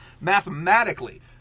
mathematically